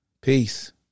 Peace